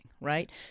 right